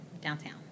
downtown